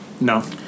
No